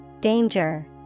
Danger